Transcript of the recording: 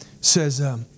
says